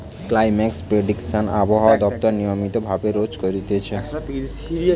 climate prediction আবহাওয়া দপ্তর নিয়মিত ভাবে রোজ করতিছে